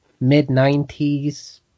mid-90s